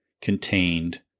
contained